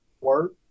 work